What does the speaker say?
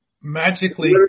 magically